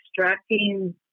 extracting